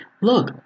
Look